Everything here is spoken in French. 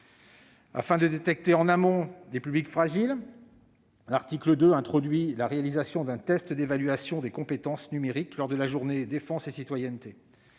Afin de détecter en amont les publics fragiles, l'article 2 introduit la réalisation d'un test d'évaluation des compétences numériques lors de la Journée défense et citoyenneté.